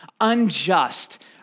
unjust